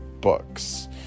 books